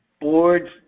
Boards